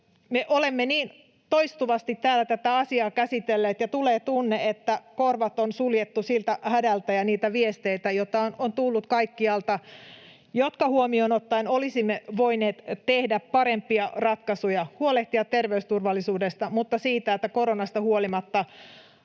olemme toistuvasti täällä tätä asiaa käsitelleet, ja tulee tunne, että korvat on suljettu siltä hädältä ja niiltä viesteiltä, joita on tullut kaikkialta ja jotka huomioon ottaen olisimme voineet tehdä parempia ratkaisuja, huolehtia terveysturvallisuudesta mutta myös siitä, että koronasta huolimatta